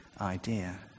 idea